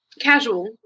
casual